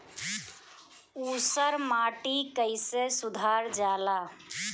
ऊसर माटी कईसे सुधार जाला?